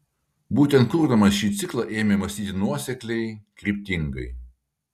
būtent kurdamas šį ciklą ėmė mąstyti nuosekliai kryptingai